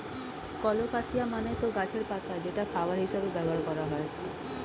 colocasia মানে তো গাছের পাতা যেটা খাবার হিসেবে ব্যবহার করা হয়